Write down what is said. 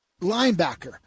Linebacker